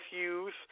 use